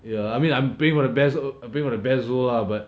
ya I mean I'm praying for the best als~ I praying for the best also lah but